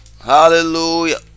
Hallelujah